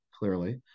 Clearly